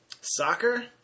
Soccer